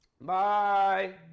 Bye